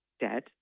dead